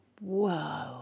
Whoa